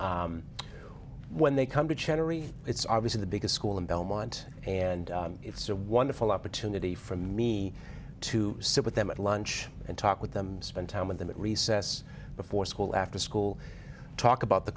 generate it's obviously the biggest school in belmont and it's a wonderful opportunity for me to sit with them at lunch and talk with them spend time with them at recess before school after school talk about the